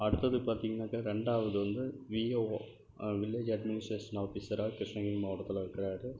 அடுத்தது பார்த்தீங்கன்னாக்கா ரெண்டாவது வந்து விஏஓ வில்லேஜ் அட்மினிஸ்ட்ரேஷன் ஆஃபிஸராக கிருஷ்ணகிரி மாவட்டத்தில் இருக்குறார்